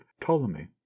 Ptolemy